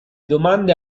domande